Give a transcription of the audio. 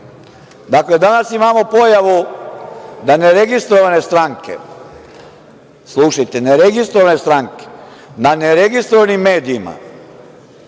kanala. Dakle, danas imamo pojavu da ne registrovane strane, slušajte, ne registrovane stranke, da na ne registrovanim medijima